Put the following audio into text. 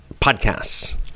podcasts